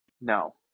No